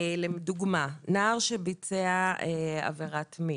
דוגמה, נער שביצע עבירת מין.